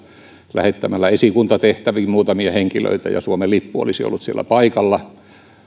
lähettämällä esikuntatehtäviin muutamia henkilöitä ja suomen lippu olisi ollut siellä paikalla